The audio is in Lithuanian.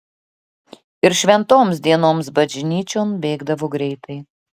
ir šventoms dienoms bažnyčion bėgdavo greitai